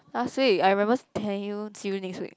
last week I remember telling you see you next week